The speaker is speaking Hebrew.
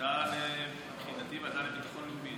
לוועדה לביטחון לאומי